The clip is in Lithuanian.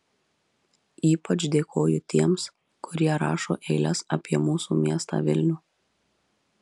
ypač dėkoju tiems kurie rašo eiles apie mūsų miestą vilnių